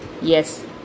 Yes